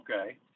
okay